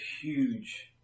huge